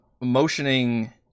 motioning